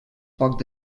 poc